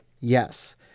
yes